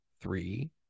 three